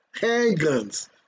handguns